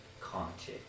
conscious